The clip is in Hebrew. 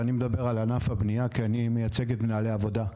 ואני מדבר על ענף הבנייה כי אני מייצג את מנהלי העבודה: